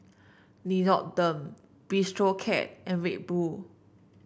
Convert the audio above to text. Nixoderm Bistro Cat and Red Bull